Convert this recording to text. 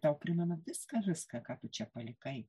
tau primena viską viską ką tu čia palikai